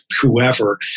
whoever